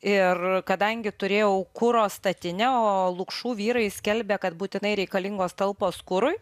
ir kadangi turėjau kuro statinę o lukšų vyrai skelbė kad būtinai reikalingos talpos kurui